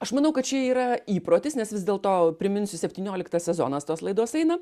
aš manau kad čia yra įprotis nes vis dėlto priminsiu septynioliktas sezonas tos laidos eina